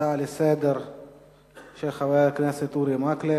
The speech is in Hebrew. הצעה לסדר-היום מס' 2035, של חבר הכנסת אורי מקלב: